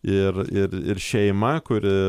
ir ir ir šeima kuri